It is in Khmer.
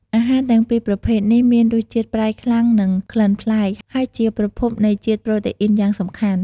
អាហារទាំងពីរប្រភេទនេះមានរសជាតិ ប្រៃខ្លាំង និងក្លិនប្លែក ហើយជាប្រភពនៃជាតិប្រូតេអ៊ីនយ៉ាងសំខាន់។